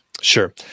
sure